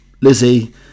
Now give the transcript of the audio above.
lizzie